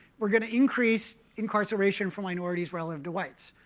we're going to increase incarceration for minorities relative to whites.